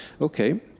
Okay